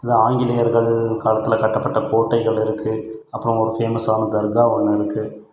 இந்த ஆங்கிலேயர்கள் காலத்தில் கட்டப்பட்ட கோட்டைகள் இருக்குது அப்புறம் ஒரு ஃபேமஸான தர்கா ஒன்று இருக்குது